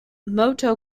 moto